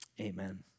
amen